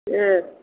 ஆ